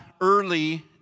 early